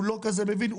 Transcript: הוא לא כזה מבין,